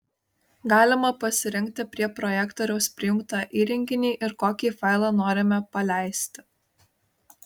galima pasirinkti prie projektoriaus prijungtą įrenginį ir kokį failą norime paleisti